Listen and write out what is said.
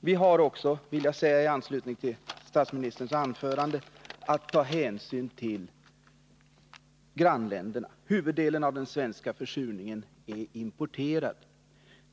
Vi har också, vill jag säga i anslutning till statsministerns anförande, att ta hänsyn till grannländerna. Huvuddelen av den svenska försurningen är importerad.